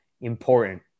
important